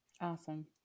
Awesome